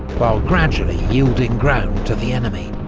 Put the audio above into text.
while gradually yielding ground to the enemy.